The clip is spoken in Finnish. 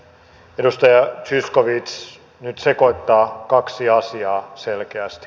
edustaja zyskowicz nyt sekoittaa kaksi asiaa selkeästi